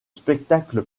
spectacle